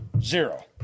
Zero